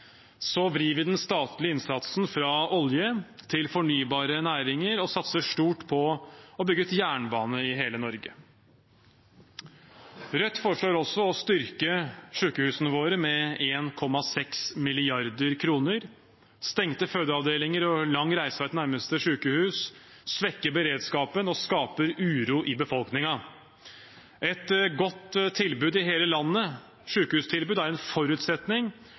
Så vrir vi den statlige innsatsen fra olje til fornybare næringer og satser stort på å bygge ut jernbane i hele Norge. Rødt foreslår også å styrke sykehusene våre med 1,6 mrd. kr. Stengte fødeavdelinger og lang reisevei til nærmeste sykehus svekker beredskapen og skaper uro i befolkningen. Et godt sykehustilbud til hele landet er en forutsetning